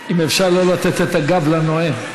אם אפשר לא לתת את הגב לנואם.